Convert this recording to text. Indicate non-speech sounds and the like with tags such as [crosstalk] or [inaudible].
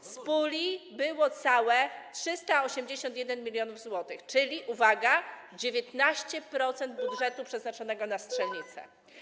W puli było całe 381 mln zł, czyli, uwaga, 19% budżetu [noise] przeznaczonego na strzelnice.